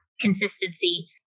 consistency